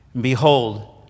Behold